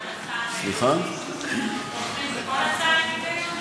אתם תומכים בכל הצעה עם היגיון?